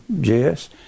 Jess